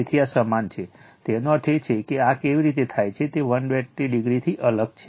તેથી આ સમાન છે તેનો અર્થ એ છે કે આ કેવી રીતે થાય છે તે 120o થી અલગ છે